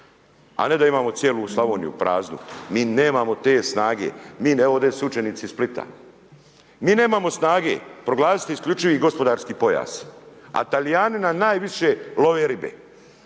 a ne da imamo cijelu Slavoniju praznu. Mi nemamo te snage, mi, evo, ovdje su učenici iz Splita, mi nemamo snage, proglasiti isključivi gospodarski pojas, a Talijani nam najviše love ribe.